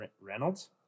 Reynolds